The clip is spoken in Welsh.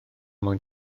mwyn